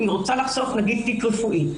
אם היא רוצה לחשוף תיק רפואי,